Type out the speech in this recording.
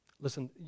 Listen